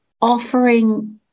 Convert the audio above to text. offering